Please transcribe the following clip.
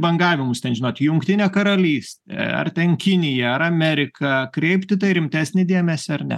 bangavimus ten žinot jungtinė karalystė ar ten kinija ar amerika kreipt į tai rimtesnį dėmesį ar ne